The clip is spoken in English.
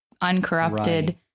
uncorrupted